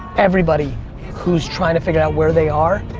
every body who is trying to figure out where they are